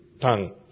tongue